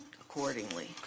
accordingly